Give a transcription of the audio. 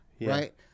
right